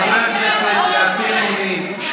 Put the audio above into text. תיתנו לחבר הכנסת להצהיר אמונים.